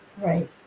right